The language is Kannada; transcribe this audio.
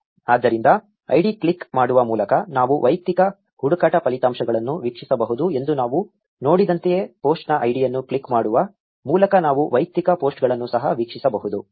ಆದ್ದರಿಂದ ಐಡಿ ಕ್ಲಿಕ್ ಮಾಡುವ ಮೂಲಕ ನಾವು ವೈಯಕ್ತಿಕ ಹುಡುಕಾಟ ಫಲಿತಾಂಶಗಳನ್ನು ವೀಕ್ಷಿಸಬಹುದು ಎಂದು ನಾವು ನೋಡಿದಂತೆಯೇ ಪೋಸ್ಟ್ನ ಐಡಿಯನ್ನು ಕ್ಲಿಕ್ ಮಾಡುವ ಮೂಲಕ ನಾವು ವೈಯಕ್ತಿಕ ಪೋಸ್ಟ್ಗಳನ್ನು ಸಹ ವೀಕ್ಷಿಸಬಹುದು